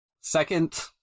second